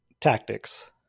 tactics